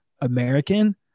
American